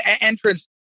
entrance